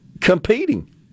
competing